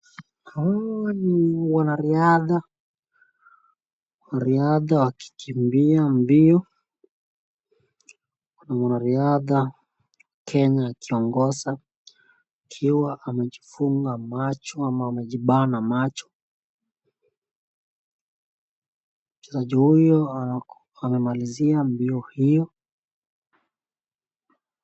Huyu mwanariadha. Mwanariadha akikiimbia mbio. Kuna mwanariadha Kenya akiongoza akiwa amejifunga macho ama amejibana macho. Kila juyu amemalizia mbio hiyo.